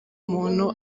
muntu